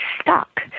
stuck